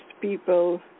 people